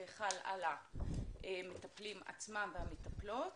וחל על המטפלים עצמם והמטפלות.